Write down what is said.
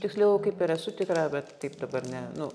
tiksliau kaip ir esu tikra bet taip dabar ne nu